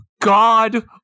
God